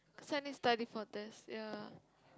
cause I need study for test ya